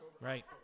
Right